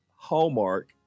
Hallmark